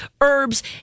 herbs